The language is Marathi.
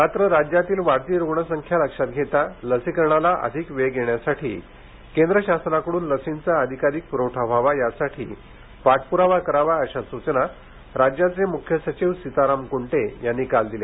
मात्र राज्यातील वाढती रुग्णसंख्या लक्षात घेता लसीकरणाला अधिक वेग येण्यासाठी केंद्र शासनाकडून लसींचा अधिकाधिक प्रवठा व्हावा यासाठी पाठप्रावा करावा अशा सूचना राज्याचे मुख्य सचिव सीताराम कुंटे यांनी काल दिल्या